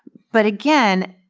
but again,